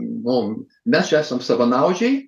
buvome mes esam savanaudžiai